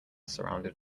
surrounded